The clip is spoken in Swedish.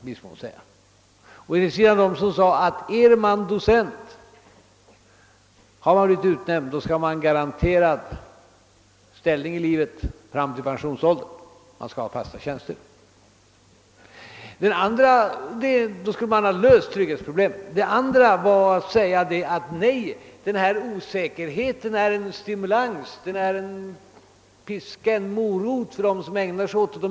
Å ena sidan stod de som hävdade att den som blivit utnämnd till docent skall ha en fast tjänst med garanterad ställning i livet fram till pensionsåldern. På det sättet skulle trygghetsproblemet lösas. Å den andra sidan stod de som sade att osäkerheten är en stimulans och fungerar som en morot eller piska för dem som ägnar sig åt forskning.